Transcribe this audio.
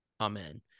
Amen